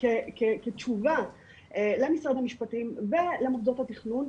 כתשובה למשרד המשפטים ולמוסדות התכנון,